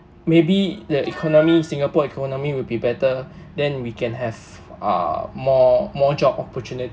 maybe the economy singapore economy will be better then we can have uh more more job opportuni~